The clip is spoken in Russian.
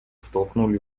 втолкнули